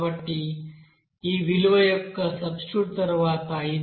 కాబట్టి ఈ విలువ యొక్క సబ్స్టిట్యూట్ తర్వాత ఇది 0